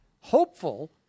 hopeful